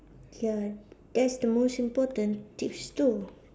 ya that's the most important tips two